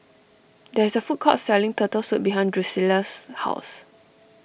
there is a food court selling Turtle Soup behind Drusilla's house